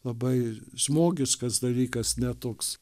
labai žmogiškas dalykas ne toks